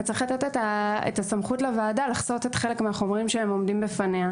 וצריך לתת את הסמכות לוועדה לחסות חלק מהחומרים שעומדים בפניה,